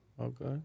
Okay